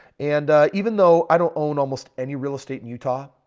and even though i don't own almost any real estate in utah.